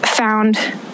Found